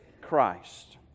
Christ